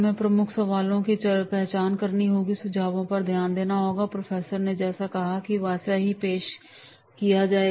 हमें प्रमुख सवालों की पहचान करनी होगी और सुझावों पर ध्यान देना होगा कि प्रोफेसर ने जैसा कहा है वैसा ही पेश किया जाए